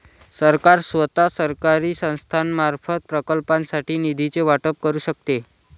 सरकार स्वतः, सरकारी संस्थांमार्फत, प्रकल्पांसाठी निधीचे वाटप करू शकते